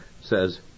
says